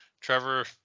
Trevor